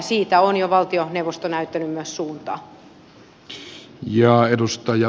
siitä on jo valtioneuvosto näyttänyt suuntaa